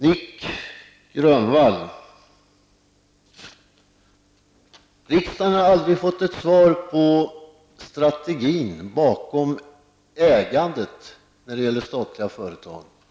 Nic Grönvall sade att riksdagen aldrig har fått ett svar på frågan om strategin bakom ägandet när det gäller statliga företag.